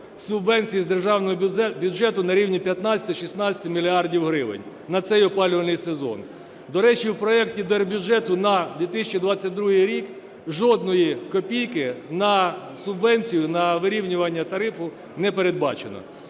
субвенцій з державного бюджету на рівні 15-16 мільярдів гривень на цей опалювальний сезон. До речі, в проекті Держбюджету на 2022 рік жодної копійки на субвенцію, на вирівнювання тарифу не передбачено.